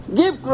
give